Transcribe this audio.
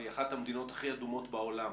והיא אחת המדינות הכי אדומות בעולם